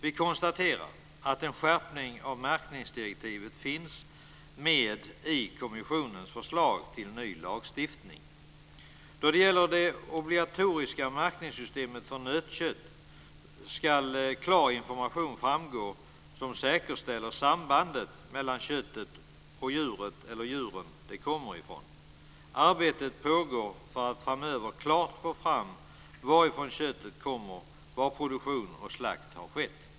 Vi konstaterar att en skärpning av märkningsdirektivet finns med i kommissionens förslag till ny lagstiftning. Då det gäller det obligatoriska märkningssystemet för nötkött ska klar information framgå som säkerställer sambandet mellan köttet och det eller de djur som köttet kommer från. Arbete pågår för att framöver klart få fram varifrån köttet kommer och var produktion och slakt har skett.